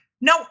no